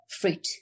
fruit